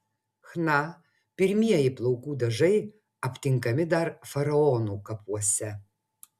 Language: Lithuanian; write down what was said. chna pirmieji plaukų dažai aptinkami dar faraonų kapuose